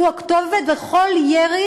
הוא הכתובת, וכל ירי